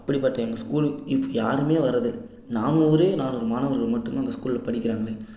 அப்படிப்பட்ட எங்கள் ஸ்கூல் இப்போ யாரும் வர்றதில்லை நானூறே நானூறு மாணவர்கள் மட்டுந்தான் அந்த ஸ்கூலில் படிக்கிறாங்களே